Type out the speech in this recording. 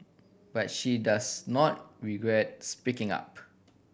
but she does not regret speaking up